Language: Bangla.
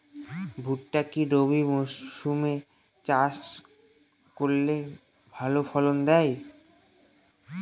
ভুট্টা কি রবি মরসুম এ চাষ করলে ভালো ফলন দেয়?